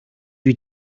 you